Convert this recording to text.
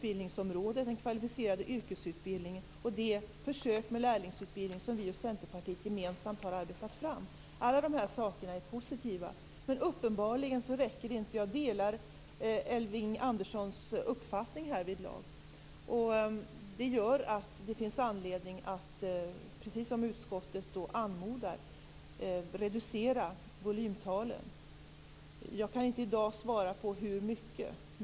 Inom den kvalificerade yrkesutbildningen görs det försök med lärlingsutbildning, som vi och Centerpartiet gemensamt har arbetat fram. Alla dessa saker är positiva. Men uppenbarligen räcker de inte. Jag delar Elving Anderssons uppfattning härvidlag. Det finns anledning, precis som utskottet anmodar, att reducera volymtalen. Jag kan inte i dag svara på hur mycket.